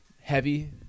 heavy